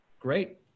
great